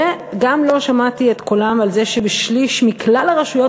וגם לא שמעתי את קולם על זה שבשליש מכלל הרשויות